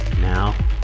Now